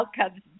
outcomes